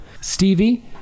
Stevie